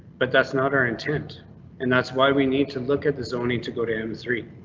but that's not our intent and that's why we need to look at the zoning to go to m three.